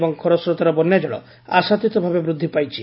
ଏବଂ ଖରସ୍ରୋତାରେ ବନ୍ୟାଜଳ ଆଶାତୀତ ଭାବେ ବୃଦ୍ଧି ପାଇଛି